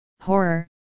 horror